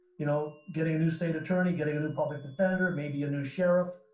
you know getting a new state attorney, getting a new public defender, maybe a new sheriff,